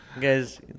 guys